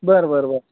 बरं बरं बरं